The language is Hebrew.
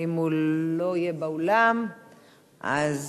אם הוא לא יהיה באולם אז,